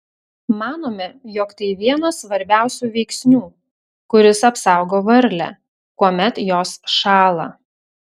manome jog tai vienas svarbiausių veiksnių kuris apsaugo varlę kuomet jos šąla